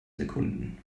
sekunden